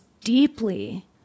deeply